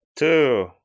two